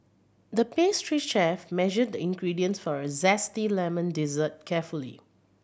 the pastry chef measured the ingredients for a zesty lemon dessert carefully